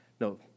No